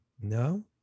No